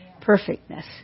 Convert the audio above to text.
perfectness